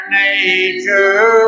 nature